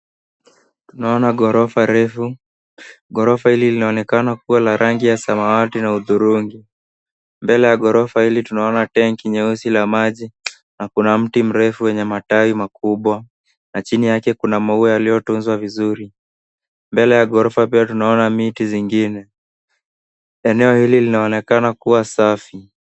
Tunaona ghorofa refu, ghorofa hili linaonekana kuwa la rangi ya samawati na udhurungi. Mbele ya ghorofa hili tunaona tenki nyeusi la maji na kuna mti mrefu wenye matawi makubwa na chini yake kuna maua yaliyotunzwa vizuri. Mbele ya ghorofa pia tunaona miti zingine, eneo hili linaonekana kuwa safi.